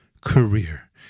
career